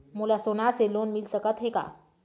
मोला सोना से लोन मिल सकत हे का?